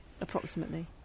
approximately